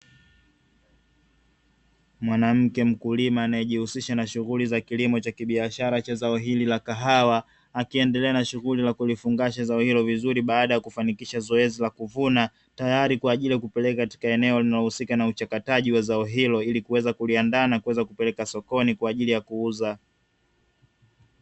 Mwanamke mkulima anayejihusisha na shughuli za kilimo cha kibiashara cha zao hili la kahawa, akiendelea na shughuli za kulifungasha zao hilo vizuri baada ya kufanikisha zoezi la kuvuna, tayari kwa ajili ya kupeleka katika eneo linalohusika na uchakataji wa zao hilo, ili kuweza kuliandaa na kuweza kupeleka sokoni kwa ajili ya kuuza.